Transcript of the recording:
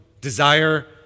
Desire